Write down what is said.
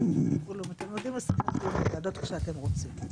ואתם יודעים לשחק עם זה איך שאתם רוצים.